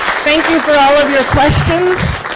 thank you for all of your questions.